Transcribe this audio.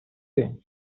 thing